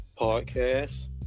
podcast